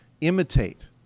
Imitate